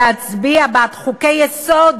להצביע בעד חוקי-יסוד